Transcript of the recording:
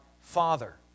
Father